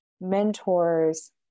mentors